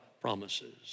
promises